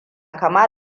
kama